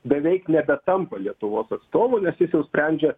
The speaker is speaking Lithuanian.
beveik nebetampa lietuvos atstovu nes jis jau sprendžia